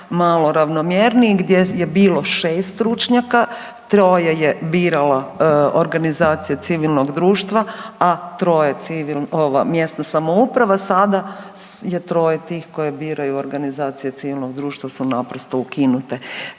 malo ravnomjerniji, gdje bilo 6 stručnjaka, 3-oje je birala organizacija civilnog društva, a 3-oje mjesna samouprava, sada je 3-oje tih koje biraju, organizacije civilnog društva su naprosto ukinute.